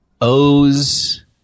O's